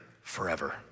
forever